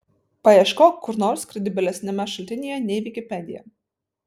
paieškok kur nor krediblesniame šaltinyje nei vikipedija